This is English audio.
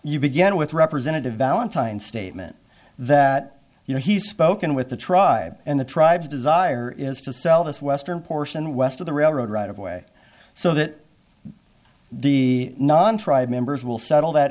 you began with representative valentine statement that you know he's spoken with the tribe and the tribes desire is to sell this western portion west of the railroad right of way so that the non tribe members will settle that